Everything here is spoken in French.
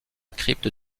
crypte